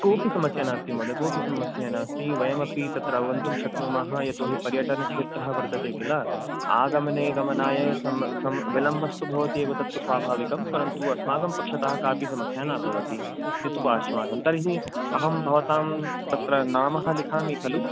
कोऽपि समस्या नास्ति महोदय कोऽपि समस्या नास्ति वयमपि तत्र अवगन्तुं शक्नुमः यतो हि पर्यटनक्षेत्रः वर्तते किल आगमने गमनाय सम् सम् विलम्बस्तु भवति एव तत्तु स्वाभाविकं परन्तु अस्माकं पक्षतः कापि समसा न भवति इतु आश्वासं तर्हि अहं भवतां तत्र नामः लिखामि खलु